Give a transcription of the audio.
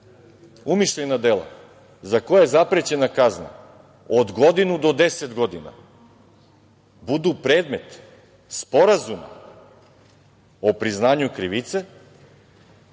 Umišljajna dela za koja je zaprećena kazna od godinu do deset godina budu predmet sporazuma o priznanju krivice